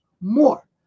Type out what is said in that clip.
more